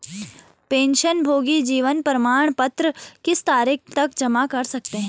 पेंशनभोगी जीवन प्रमाण पत्र किस तारीख तक जमा कर सकते हैं?